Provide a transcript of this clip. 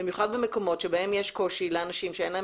במיוחד במקומות בהם יש קושי לאנשים שאין להם